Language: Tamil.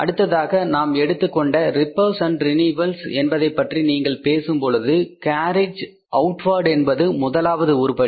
அடுத்ததாக நாம் எடுத்துக்கொண்ட ரிப்பேர்ஸ் அண்டு ரெனிவல்ஸ் என்பதைப்பற்றி நீங்கள் பேசும்பொழுது கேரியேஜ் அவுட்வார்ட் என்பது முதலாவது உருப்படி